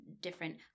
different